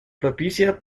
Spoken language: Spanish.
propicia